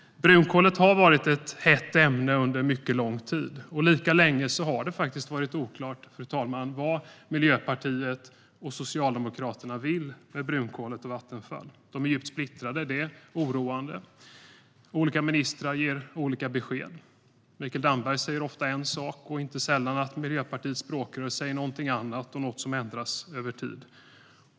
Brunkolet har varit ett hett ämne under mycket lång tid. Lika länge har det faktiskt varit oklart, fru talman, vad Miljöpartiet och Socialdemokraterna vill med brunkolet och Vattenfall. De är djupt splittrade, vilket är oroande. Olika ministrar ger olika besked. Inte sällan säger Mikael Damberg en sak och Miljöpartiets språkrör en annan - och något som ändras över tid.